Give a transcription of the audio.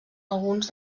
alguns